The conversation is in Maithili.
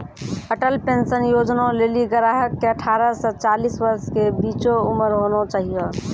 अटल पेंशन योजना लेली ग्राहक के अठारह से चालीस वर्ष के बीचो उमर होना चाहियो